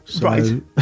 Right